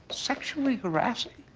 sexually harassing?